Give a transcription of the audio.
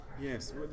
Yes